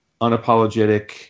unapologetic